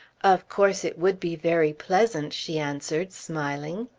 of course it would be very pleasant, she answered smiling.